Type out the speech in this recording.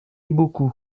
beaucoup